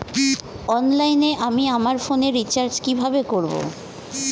অনলাইনে আমি আমার ফোনে রিচার্জ কিভাবে করব?